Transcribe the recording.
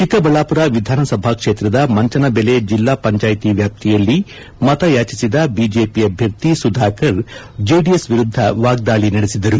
ಚಿಕ್ಕಬಳ್ಳಾಪುರ ವಿಧಾನಸಭಾ ಕ್ಷೇತ್ರದ ಮಂಚನಬೆಲೆ ಜಿಲ್ಲಾ ಪಂಚಾಯಿತಿ ವ್ಯಾಪ್ತಿಯಲ್ಲಿ ಮತಯಾಚಿಸಿದ ಬಿಜೆಪಿ ಅಭ್ನರ್ಥಿ ಸುಧಾಕರ್ ಜೆಡಿಎಸ್ ವಿರುದ್ದ ವಾಗ್ದಾಳಿ ನಡೆಸಿದರು